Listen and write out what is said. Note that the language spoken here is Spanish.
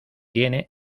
tiene